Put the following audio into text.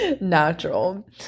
natural